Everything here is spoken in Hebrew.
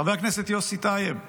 חבר הכנסת יוסי טייב,